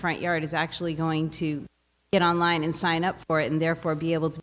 front yard is actually going to get online and sign up for it and therefore be able to